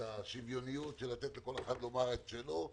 את השוויוניות לתת לכל אחד לומר את שלו.